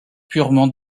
purement